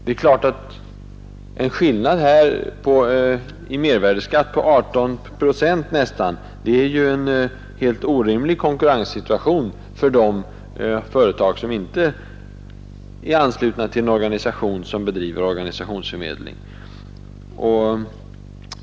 En skillnad på nästan 18 procent i mervärdeskatt innebär ju en helt orimlig konkurrenssituation för de företag som inte är anslutna till en organisation som bedriver organisationsförmedling.